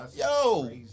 Yo